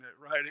right